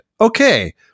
okay